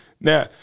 Now